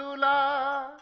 la